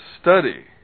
study